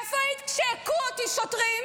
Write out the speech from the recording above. איפה היית כשהיכו אותי שוטרים?